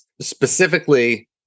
specifically